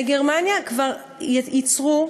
בגרמניה כבר ייצרו,